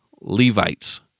Levites